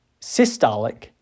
systolic